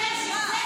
מה הקשר?